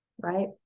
right